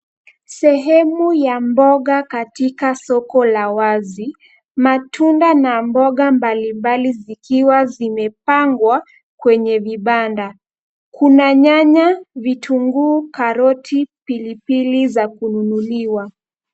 Sehemu ya mboga katika soko la wazi. Matunda na mboga mbalimbali zikiwa zimepangwa kwenye vibanda. Kuna nyanya, vitunguu, karoti za kununuliwa.